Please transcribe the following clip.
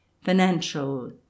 financial